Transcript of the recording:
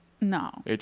No